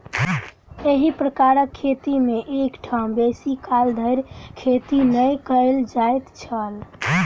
एही प्रकारक खेती मे एक ठाम बेसी काल धरि खेती नै कयल जाइत छल